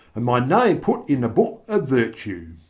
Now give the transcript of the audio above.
and my name put in the book of virtue!